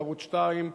בערוץ-2,